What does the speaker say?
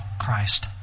Christ